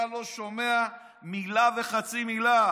אתה לא שומע מילה וחצי מילה.